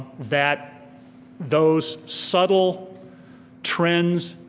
that those subtle trends,